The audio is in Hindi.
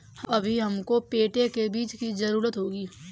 अभी हमको पेठे के बीज की जरूरत होगी